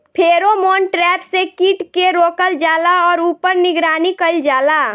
Pheromone trap से कीट के रोकल जाला और ऊपर निगरानी कइल जाला?